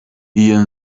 iyo